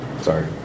Sorry